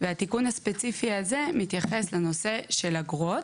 והתיקון הספציפי הזה מתייחס לנושא של אגרות,